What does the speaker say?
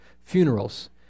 funerals